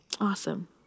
Awesome